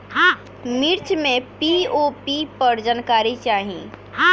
मिर्च मे पी.ओ.पी पर जानकारी चाही?